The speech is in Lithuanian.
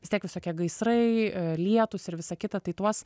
vis tiek visokie gaisrai lietūs ir visa kita tai tuos